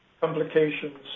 complications